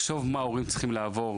לחשוב מה הורים צריכים לעבור,